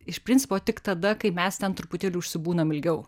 iš principo tik tada kai mes ten truputėlį užsibūnam ilgiau